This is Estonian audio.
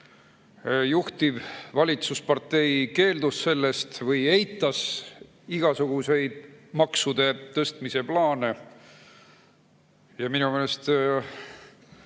juhtiv valitsuspartei keeldus sellest või eitas igasuguseid maksude tõstmise plaane. Ja minu meelest